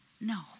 no